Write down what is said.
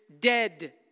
dead